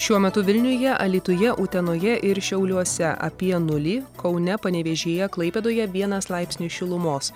šiuo metu vilniuje alytuje utenoje ir šiauliuose apie nulį kaune panevėžyje klaipėdoje vienas laipsnis šilumos